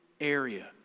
area